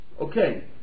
Okay